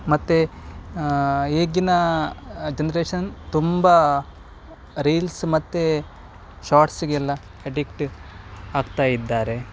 ಮತ್ತು ಈಗಿನ ಜನ್ರೇಷನ್ ತುಂಬ ರೀಲ್ಸ್ ಮತ್ತೆ ಶಾರ್ಟ್ಸಿಗೆಲ್ಲ ಅಡಿಕ್ಟ್ ಆಗ್ತಾಯಿದ್ದಾರೆ